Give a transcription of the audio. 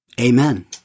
Amen